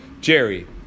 Jerry